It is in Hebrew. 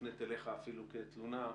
מופנית אליך אפילו כתלונה,